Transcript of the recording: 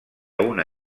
una